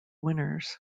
winners